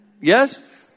Yes